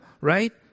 right